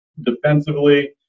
defensively